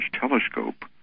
telescope